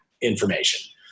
information